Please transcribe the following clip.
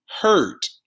hurt